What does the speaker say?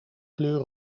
kleur